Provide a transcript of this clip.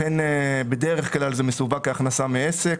לכן בדרך כלל זה מסווג כהכנסה מעסק,